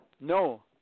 No